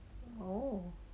orh